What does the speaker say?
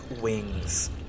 wings